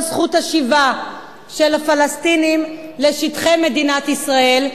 זכות השיבה של הפלסטינים לשטחי מדינת ישראל,